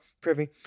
privy